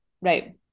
right